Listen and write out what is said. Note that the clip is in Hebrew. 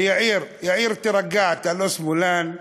ליאיר: יאיר, תירגע, אתה לא שמאלן.